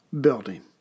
building